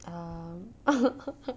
um